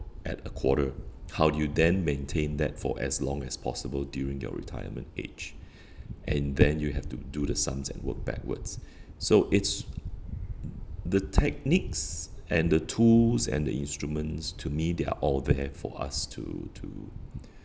at a quarter how do you then maintain that for as long as possible during your retirement age and then you have to do the sums and work backwards so it's the techniques and the tools and the instruments to me they're all there for us to to